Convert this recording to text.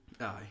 aye